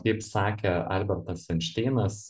kaip sakė albertas einšteinas